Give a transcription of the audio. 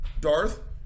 Darth